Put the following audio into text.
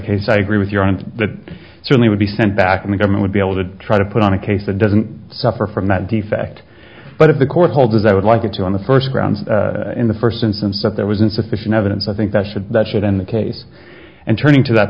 case i agree with your point that certainly would be sent back and the government would be able to try to put on a case that doesn't suffer from that defect but if the court holds as i would like it to in the first grounds in the first instance that there was insufficient evidence i think that should that should in the case and turning to that